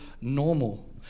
normal